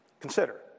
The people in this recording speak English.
Consider